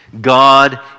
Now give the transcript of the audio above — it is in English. God